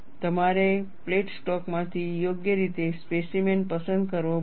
તમારે plate stock માંથી યોગ્ય રીતે સ્પેસીમેન પસંદ કરવો પડશે